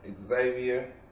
xavier